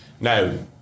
Now